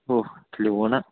ഓ ലോണ